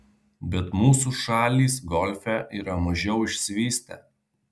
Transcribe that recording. bet mūsų šalys golfe yra mažiau išsivystę